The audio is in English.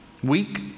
Weak